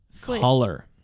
color